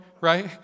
right